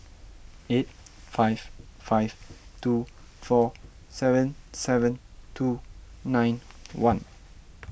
eight five five two four seven seven two nine one